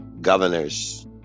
governors